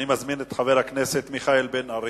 אני מזמין את חבר הכנסת מיכאל בן-ארי.